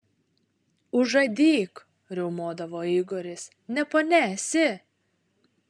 užadyk riaumodavo igoris ne ponia esi